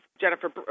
Jennifer